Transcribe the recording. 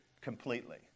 completely